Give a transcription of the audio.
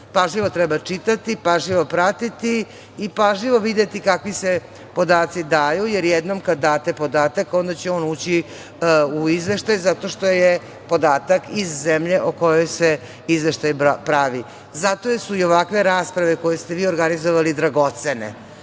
pažljivo treba čitati, pažljivo pratiti i pažljivo videti kakvi se podaci daju, jer jednom kada date podatak, onda će on ući u izveštaj zato što je podatak iz zemlje o kojoj se izveštaj pravi. Zato su ovakve rasprave koje ste vi organizovali dragocene,